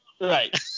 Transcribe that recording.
Right